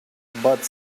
bud